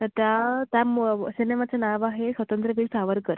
तर त्या त्या मुव सिनेमाचं नाव आहे स्वातंत्र्यवीर सावरकर